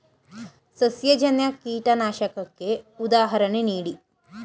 ಸಸ್ಯಜನ್ಯ ಕೀಟನಾಶಕಕ್ಕೆ ಉದಾಹರಣೆ ನೀಡಿ?